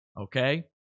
okay